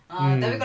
mm